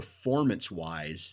performance-wise